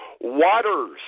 waters